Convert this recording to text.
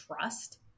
trust